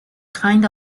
kind